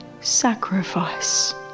sacrifice